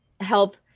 help